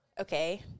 Okay